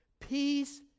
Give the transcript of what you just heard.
Peace